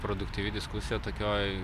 produktyvi diskusija tokioj